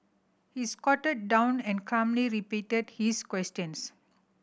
he squatted down and calmly repeated his questions